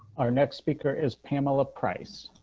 our next speaker is pamela price.